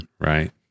Right